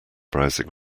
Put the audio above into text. browsing